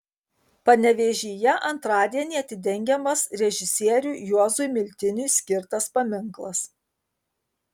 panevėžyje antradienį atidengiamas režisieriui juozui miltiniui skirtas paminklas